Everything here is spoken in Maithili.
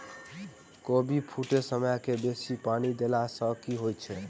कोबी फूटै समय मे बेसी पानि देला सऽ की होइ छै?